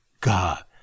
God